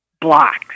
blocks